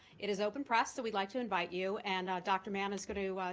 it is open press, so we'd like to invite you, and dr. mann is going to